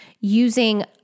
using